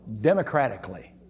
democratically